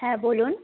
হ্যাঁ বলুন